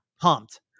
Pumped